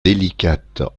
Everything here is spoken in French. délicate